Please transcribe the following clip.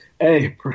Hey